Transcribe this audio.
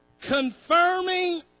confirming